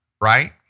right